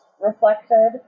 reflected